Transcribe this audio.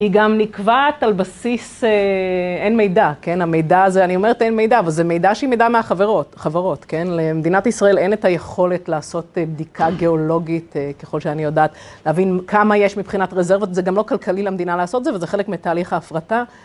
היא גם נקבעת על בסיס 'אין מידע', כן? המידע הזה, אני אומרת 'אין מידע', אבל זה מידע שהיא מידע מהחברות, החברות, כן? למדינת ישראל אין את היכולת לעשות בדיקה גיאולוגית, ככל שאני יודעת להבין כמה יש מבחינת רזרבות, זה גם לא כלכלי למדינה לעשות זה וזה חלק מתהליך ההפרטה.